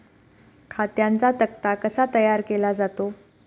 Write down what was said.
खात्यांचा तक्ता कसा तयार केला जातो?